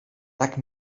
tak